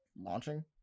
launching